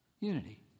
unity